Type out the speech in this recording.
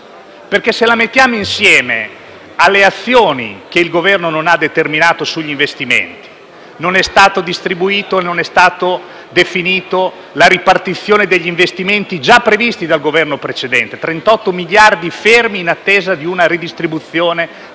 se la mettiamo insieme alle azioni che il Governo non ha determinato in materia di investimenti. Non è stata definita la ripartizione degli investimenti già previsti dal Governo precedente: 38 miliardi fermi in attesa di una redistribuzione